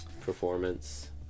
performance